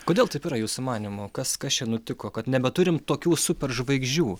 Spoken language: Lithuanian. kodėl taip yra jūsų manymu kas kas čia nutiko kad nebeturim tokių superžvaigždžių